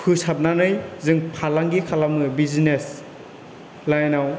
फोसाबनानै जों फालांगि खालामो बिजिनेस लाइनआव